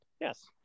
Yes